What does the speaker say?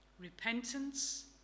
Repentance